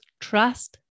Trust